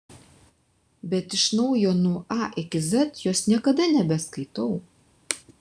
bet iš naujo nuo a iki z jos niekada nebeskaitau